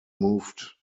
moved